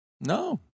No